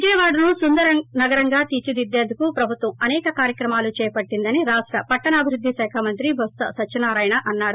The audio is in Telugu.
విజయవాడను సుందర నగంరంగా తీర్చిదిద్దేందుకు ప్రభుత్వం అసేక కార్యక్రమాలు చేపట్టిందని రాష్ట పట్షణాభివృద్ధి శాఖ మంత్రి బొత్స సత్యనారాయణ అన్నారు